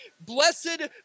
Blessed